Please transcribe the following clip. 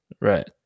Right